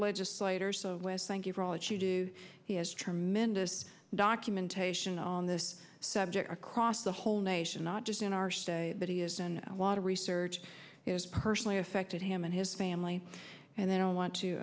you do he has tremendous documentation on this subject across the whole nation not just in our state but he isn't a lot of research is personally affected him and his family and they don't want to